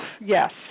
yes